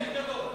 חלק גדול.